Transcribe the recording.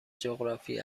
جغرافی